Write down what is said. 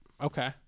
Okay